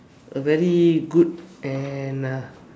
a very good and uh